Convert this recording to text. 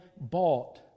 bought